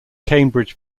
cambridge